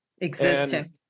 existing